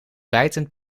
bijtend